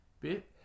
bit